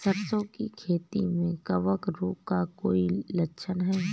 सरसों की खेती में कवक रोग का कोई लक्षण है?